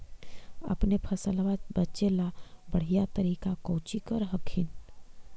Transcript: अपने फसलबा बचे ला बढ़िया तरीका कौची कर हखिन?